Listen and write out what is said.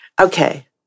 Okay